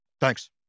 Thanks